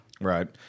Right